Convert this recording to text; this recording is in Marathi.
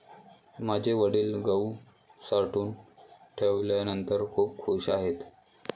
माझे वडील गहू साठवून ठेवल्यानंतर खूप खूश आहेत